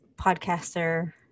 podcaster